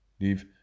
leave